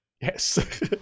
yes